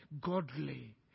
godly